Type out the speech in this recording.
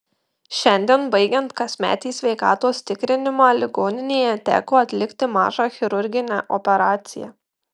šiandien baigiant kasmetį sveikatos tikrinimą ligoninėje teko atlikti mažą chirurginę operaciją